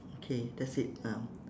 okay that's it ah